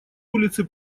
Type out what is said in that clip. улицы